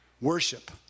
worship